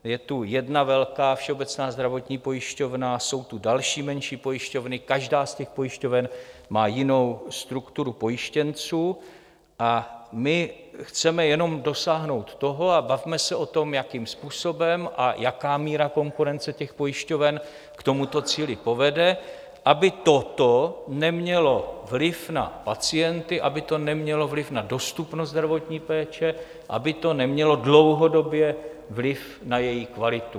Je tu jedna velká Všeobecná zdravotní pojišťovna, jsou tu další menší pojišťovny, každá z těch pojišťoven má jinou strukturu pojištěnců, a my chceme jenom dosáhnout toho a bavme se o tom, jakým způsobem a jaká míra konkurence těch pojišťoven k tomuto cíli povede aby toto nemělo vliv na pacienty, aby to nemělo vliv na dostupnost zdravotní péče, aby to nemělo dlouhodobý vliv na její kvalitu.